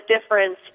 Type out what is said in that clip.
difference